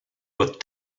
with